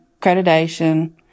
accreditation